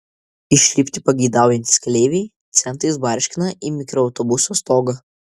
išlipti pageidaujantys keleiviai centais barškina į mikroautobuso stogą